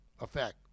effect